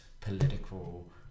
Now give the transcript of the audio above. political